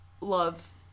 love